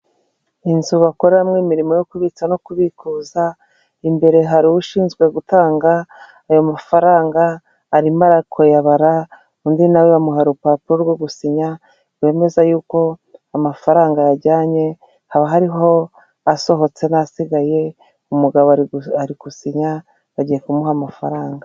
Inzu bakorera hamwe imirimo yo kubitsa no kubikuza imbere hari ushinzwe gutanga ayo mafaranga arimo kuyabara, undi nawe we bamuhaye urupapuro rwo gusinya rwemeza yuko amafaranga ajyanye, haba hariho asohotse n'asigaye umugabo ari gusinya bagiye kumuha amafaranga.